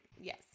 Yes